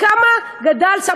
בכמה גדל הסל,